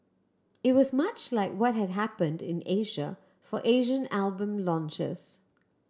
it was much like what had happened in Asia for Asian album launches